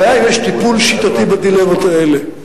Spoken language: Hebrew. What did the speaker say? הבעיה אם יש טיפול שיטתי בדילמות האלה.